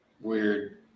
Weird